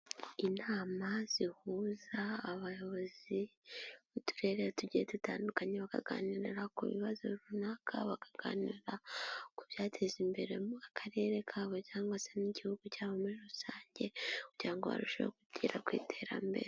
Inama zihuza abayobozi b'Uturere tugiye dutandukanye bakaganira ku bibazo runaka, bakaganira ku byateza imbere Akarere kabo cyangwa se n'igihugu cyabo muri rusange bya barushijeho kugera ku iterambere.